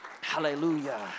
Hallelujah